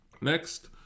Next